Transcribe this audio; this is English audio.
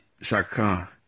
Shaka